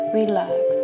relax